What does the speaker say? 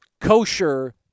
kosher